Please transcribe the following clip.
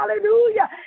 Hallelujah